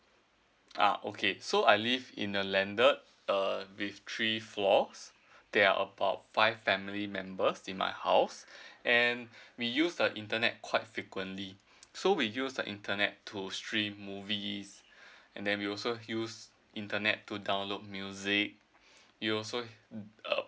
uh okay so I live in a landed uh with three floors there are about five family members in my house and we use the internet quite frequently so we use the internet to stream movies and then we also have use internet to download music we also um